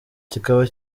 kikaba